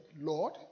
Lord